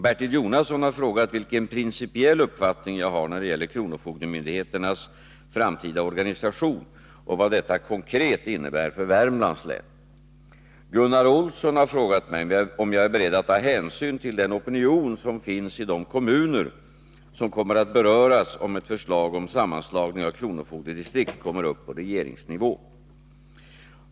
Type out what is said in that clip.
Bertil Jonasson har frågat vilken principiell uppfattning jag har när det gäller kronofogdemyndigheternas framtida organisation och vad detta konkret innebär för Värmlands län. 123 Gunnar Olsson har frågat om jag är beredd att ta hänsyn till den opinion som finns i de kommuner som kommer att beröras om ett förslag om sammanslagning av kronofogdedistrikt kommer upp på regeringsnivå.